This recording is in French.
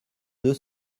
deux